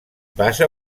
passa